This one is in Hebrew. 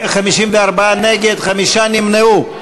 נגד, 54, חמישה נמנעו.